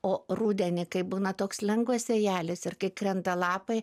o rudenį kai būna toks lengvas vėjelis ir kai krenta lapai